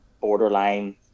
borderline